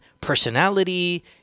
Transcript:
personality